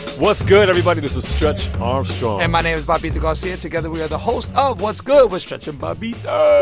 what's good, everybody? this is stretch armstrong and my name is bobbito garcia. together we are the hosts of what's good with stretch and bobbito.